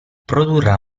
produrrà